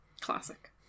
Classic